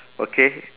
okay